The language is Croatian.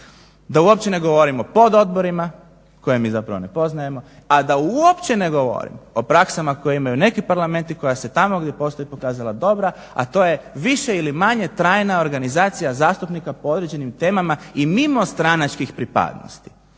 Da uopće ne govorim o pododborima koje mi zapravo ne poznajemo, a da uopće ne govorim o praksama koje imaju neki parlamenti, koji su se tamo gdje postoje pokazali dobrima, a to je više ili manje trajna organizacija zastupnika po određenim temama i mimo stranačkih pripadnosti.